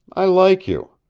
i like you.